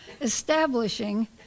establishing